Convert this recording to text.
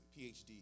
PhD